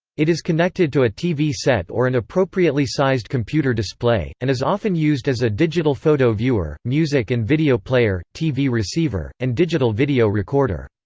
it is connected to a tv set or an appropriately sized computer display, and is often used as a digital photo viewer, music and video player, tv receiver, and digital video recorder.